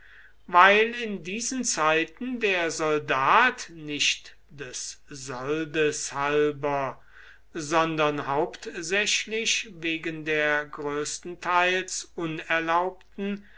weil in diesen zeiten der soldat nicht des soldes halber sondern hauptsächlich wegen der größtenteils unerlaubten